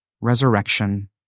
resurrection